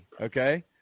okay